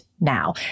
now